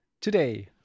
Today